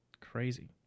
crazy